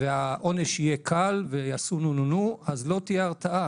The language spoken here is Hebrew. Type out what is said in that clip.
והעונש יהיה קל ויעשו נו נו נו, אז לא תהיה הרתעה.